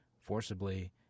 forcibly